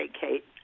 Kate